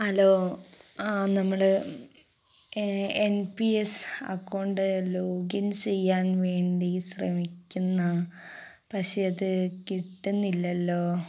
hello നമ്മൾ N P S account login ചെയ്യാൻ വേണ്ടി ശ്രമിക്കുന്നു പക്ഷേ അത് കിട്ടുന്നില്ലല്ലോ